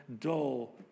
dull